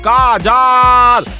Kajal